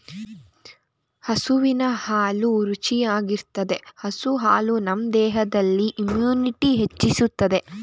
ಹಸುವಿನ ಹಾಲು ರುಚಿಯಾಗಿರ್ತದೆ ಹಸು ಹಾಲು ನಮ್ ದೇಹದಲ್ಲಿ ಇಮ್ಯುನಿಟಿನ ಹೆಚ್ಚಿಸ್ತದೆ